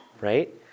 right